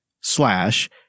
slash